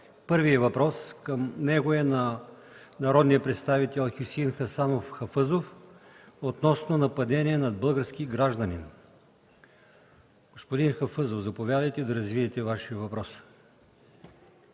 Първият въпрос към него е от народния представител Хюсеин Хасанов Хафъзов относно нападение над български гражданин. Господин Хафъзов, заповядайте да развиете Вашия въпрос.